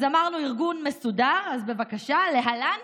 אז אמרנו ארגון מסודר, אז בבקשה, להלן,